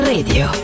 Radio